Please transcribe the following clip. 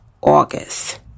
August